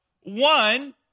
One